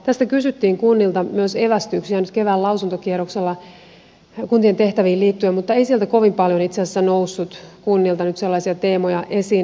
tästä kysyttiin myös kunnilta evästyksiä nyt kevään lausuntokierroksella kuntien tehtäviin liittyen mutta ei sieltä kunnilta kovin paljon itse asiassa noussut nyt sellaisia teemoja esiin